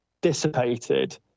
dissipated